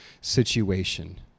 situation